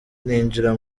ninjira